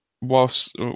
whilst